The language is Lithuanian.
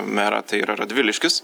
merą tai yra radviliškis